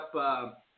up